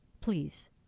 please